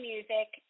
Music